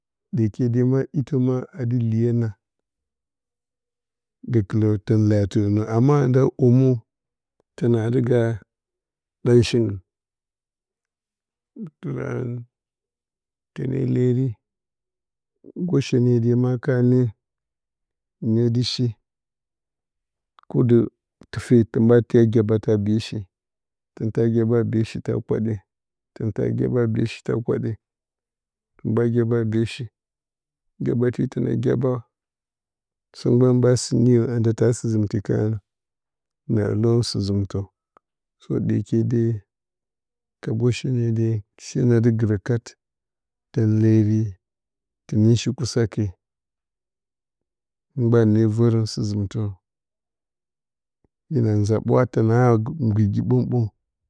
Ɗyeke de itə ma a dəliyə na gəkələ təleyə a tɨ hɨnə amma an nda omə təna dɨ ga ɗan shiggɨn tə leri goshe ne de dɨ shi dɨ tatfe tə ɓa tiya gyabə ta a beshitən ta gyeɓa a beshi ta kwaɗe tən ta gya ɓa a beshi ta kwaɗe tə ɓa gye ɓ bashi gyaɓa te təna gyaba sɨ mban hɨn ɓa dɨ niyə an nda ta sɨ zɨn ti karə na hɨlɨ rən sɨ zɨmtə so ɗye ke de ka goshene de she na dɨ gɨrə kat tən leri təne dɨ shi kusa hɨn mban hɨne vərən sɨ zɨmba təna a gɨrgi ɓəng-ɓəng.